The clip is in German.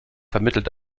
vermittelt